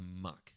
muck